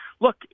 look